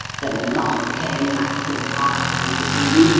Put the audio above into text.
the muff came back from ireland this evening,